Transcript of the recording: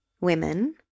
women